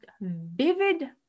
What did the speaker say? vivid